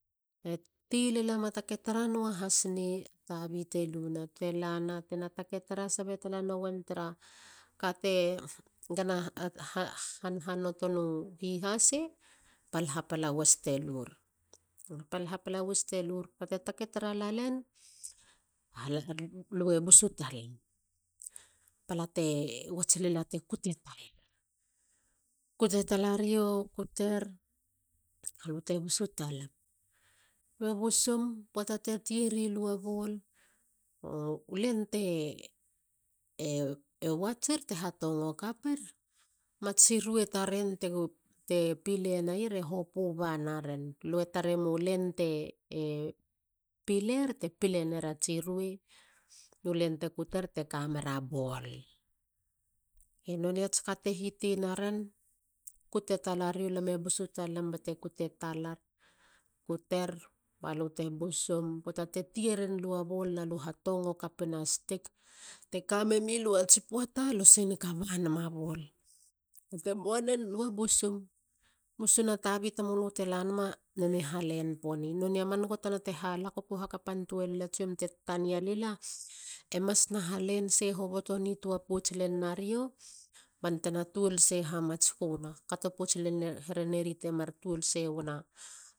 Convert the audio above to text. E ti lala ma taketara nua has nei. a tabi leluna bate lana tena taketara sabe nowen tara ka te gana hanhanoto no hihase. pal hapala wis te lur. pal hapala wis te lur. gaba te taketara lalen. a lu e busu talam. Pala te wats lila te kute talar. kute talario. kuter balu te busu talam. lie busum poata te tie ria bol. u len te watsir te hatongo kapir. Matsi ruei taren te pilenaier e hopu banaren. Lue tarem u len te piler te pilenera tsi ruei bo len te kuter te kamera bol. Nonei ats ka te hiti naren. kute talario lame busu talam bate kute talar. kuter. kuter balu te busum. Te tierien lu a bol na lu hatongo kapina stik. te kamemilu ats poata. lo singata banema bol. te moa nen lo busum. busum ba tabi tamulu te lanama ne mi halen poni. nonei a man gotana te halakopo hakapantoa lila. tsiom te tania lila. e mas na halen sei hoboto nitua pouts na rio bantena tiol sei hamatskuna. Kato sei hereneri te mar tiol se wena,